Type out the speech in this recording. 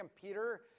Peter